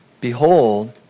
Behold